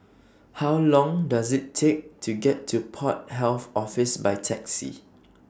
How Long Does IT Take to get to Port Health Office By Taxi